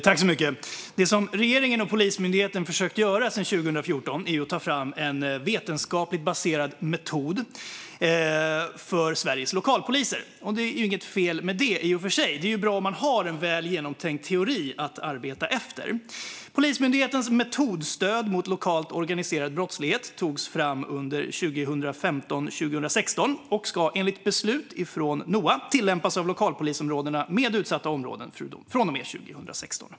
Fru talman! Det som regeringen och Polismyndigheten har försökt göra sedan 2014 är att ta fram en vetenskapligt baserad metod för Sveriges lokalpoliser. Det är inget fel med det i och för sig. Det är ju bra om man har en väl genomtänkt teori att arbeta efter. Polismyndighetens metodstöd mot lokalt organiserad brottslighet togs fram under 2015-2016 och ska enligt beslut från Noa tillämpas av lokalpolisområden med utsatta områden från och med 2016.